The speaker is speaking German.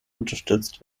unterstützt